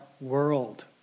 world